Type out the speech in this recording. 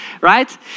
right